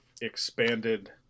expanded